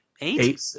Eight